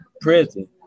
prison